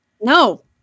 No